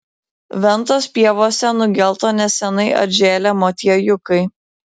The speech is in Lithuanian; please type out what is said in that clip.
ventos pievose nugelto neseniai atžėlę motiejukai